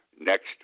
next